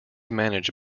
managed